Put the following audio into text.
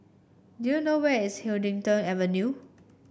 do you know where is Huddington Avenue